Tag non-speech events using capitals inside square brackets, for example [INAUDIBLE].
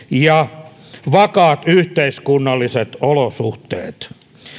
[UNINTELLIGIBLE] ja vakaat yhteiskunnalliset olosuhteet